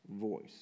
voice